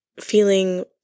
feeling